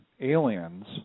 aliens